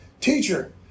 Teacher